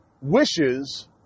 wishes